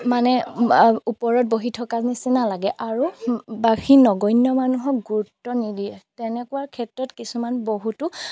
মানে ওপৰত বহি থকাৰ নিচিনা লাগে আৰু বা সেই নগণ্য মানুহক গুৰুত্ব নিদিয়ে তেনেকুৱা ক্ষেত্ৰত কিছুমান বহুতো